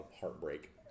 heartbreak